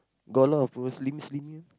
got a lot of those